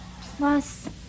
plus